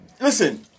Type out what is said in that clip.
Listen